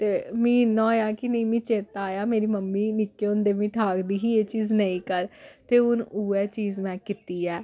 ते मीं इ'यां होएआ कि नेईं मिगी चेता आया मेरी मम्मी निक्के होंदे मिगी ठाकदी ही एह् चीज़ नेईं कर ते हून उ'ऐ चीज़ में कीती ऐ